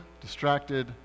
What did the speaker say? distracted